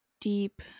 deep